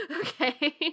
Okay